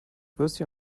würstchen